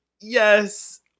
Yes